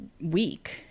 week